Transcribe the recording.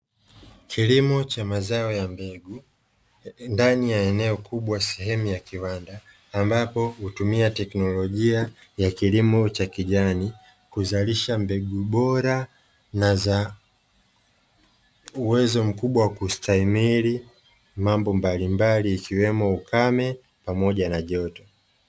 Kilimo cha mazao ya mbegu ndani ya eneo kubwa sehemu ya kiwanda, ambapo hutumia teknolojia ya kilimo cha kijani kuzalisha mbegu bora na za uwezo mkubwa wa kustahimili mambo mbalimbali, ikiwemo ukame pamoja na joto.